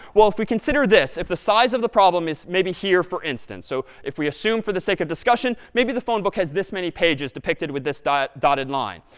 well, if we consider this if the size of the problem is, maybe, here, for instance. so if we assume, for the sake of discussion, maybe the phone book has this many pages depicted with this dotted dotted line.